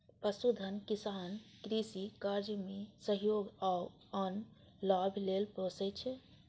पशुधन किसान कृषि कार्य मे सहयोग आ आन लाभ लेल पोसय छै